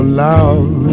love